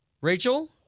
Rachel